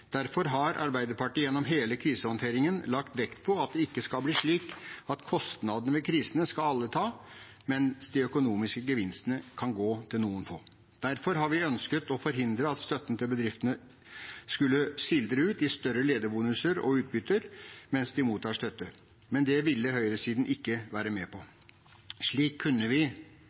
Derfor har Arbeiderpartiet gjennom hele krisehåndteringen lagt vekt på at det ikke skal bli slik at kostnadene ved krisen skal alle ta, mens de økonomiske gevinstene kan gå til noen få. Derfor har vi ønsket å forhindre at støtten til bedriftene skulle sildre ut i større lederbonuser og utbytter mens de mottar støtte, men det ville høyresiden ikke være med på. Slik kunne vi